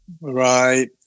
right